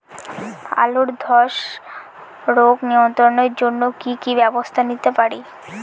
আলুর ধ্বসা রোগ নিয়ন্ত্রণের জন্য কি কি ব্যবস্থা নিতে পারি?